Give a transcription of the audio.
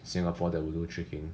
singapore there will be no tricking